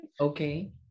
Okay